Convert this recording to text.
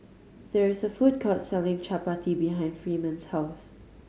there is a food court selling Chapati behind Freeman's house